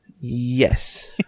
yes